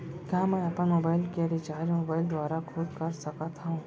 का मैं अपन मोबाइल के रिचार्ज मोबाइल दुवारा खुद कर सकत हव?